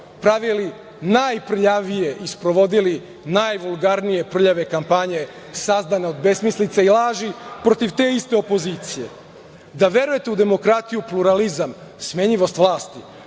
pravili najprljavije i sprovodili najvulgarnije prljave kampanje sazdane od besmislica i laži protiv te iste opozicije. Da verujete u demokratiju pluralizam, smenjivost vlasti,